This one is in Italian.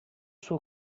suo